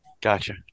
Gotcha